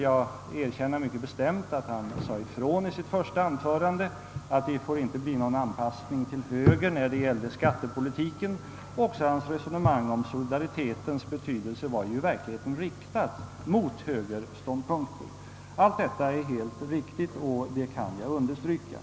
Jag erkänner också att han i sitt första anförande sade ifrån att det inte får bli någon anpassning till högern när det gäller skattepolitiken. Även hans resonemang om solidaritetens betydelse var i verkligheten riktat mot högerståndpunkter. Allt detta är helt riktigt och kan av mig understrykas.